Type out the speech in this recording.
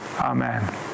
Amen